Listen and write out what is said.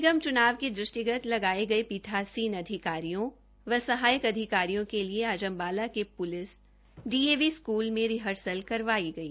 नगर निगम चुनाव के दृष्टिगत लगाए गए पीठासीन अधिकारियों व सहायक अधिकारियों के लिए आज अंबाला के पुलिस डीएवी स्कूल में रिहर्सल करवाई गई